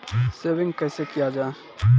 Saving कैसै किया जाय?